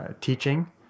teaching